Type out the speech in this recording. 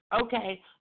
Okay